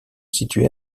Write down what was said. situé